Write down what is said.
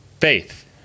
faith